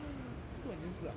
根本就是好不好